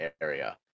area